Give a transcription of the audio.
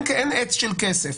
אין עץ של כסף.